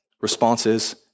responses